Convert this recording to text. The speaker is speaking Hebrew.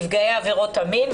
מנפגעי עבירות המין.